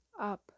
up